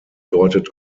bedeutet